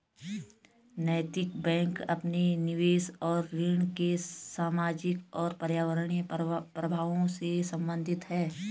नैतिक बैंक अपने निवेश और ऋण के सामाजिक और पर्यावरणीय प्रभावों से संबंधित है